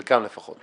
חלקם לפחות.